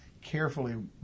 carefully